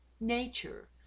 nature